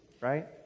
right